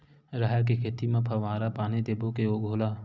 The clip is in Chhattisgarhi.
राहेर के खेती म फवारा पानी देबो के घोला?